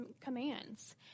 commands